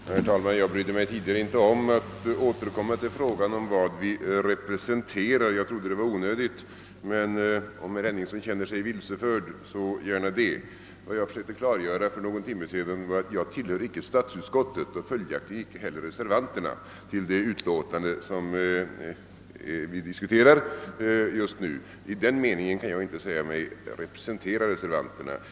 Herr talman! Jag brydde mig tidigare inte om att återkomma till frågan om vad vi representerar — jag tyckte det var onödigt. Men om herr Henningsson känner sig vilseförd skall jag gärna göra det. Vad jag för någon timme sedan försökte klargöra var att jag inte tillhör statsutskottet och följaktligen inte heller reservanterna. Därför kan jag inte säga att jag representerar reservanterna.